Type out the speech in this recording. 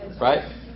Right